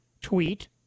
tweet